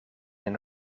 een